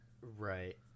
right